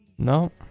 No